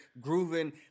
grooving